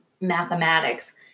mathematics